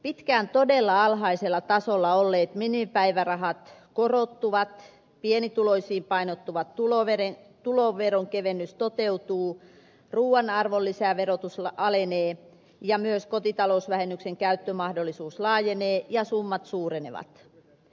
pitkään todella alhaisella tasolla olleet minimipäivärahat korottuvat pienituloisiin painottuva tuloveronkevennys toteutuu ruuan arvonlisäverotus alenee ja myös kotitalousvähennyksen käyttömahdollisuus laajenee ja summat suurenevat